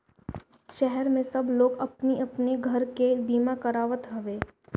शहर में सब लोग अपनी अपनी घर के बीमा करावत हवे